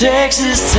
Texas